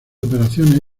operaciones